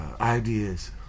ideas